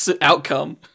outcome